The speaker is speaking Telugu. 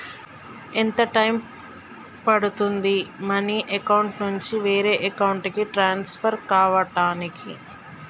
ఎంత టైం పడుతుంది మనీ అకౌంట్ నుంచి వేరే అకౌంట్ కి ట్రాన్స్ఫర్ కావటానికి?